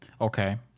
Okay